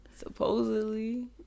supposedly